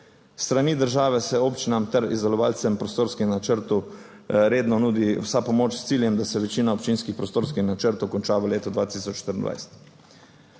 strani države se občinam ter izdelovalcem prostorskih načrtov redno nudi vsa pomoč s ciljem, da se večina občinskih prostorskih načrtov konča v letu 2024.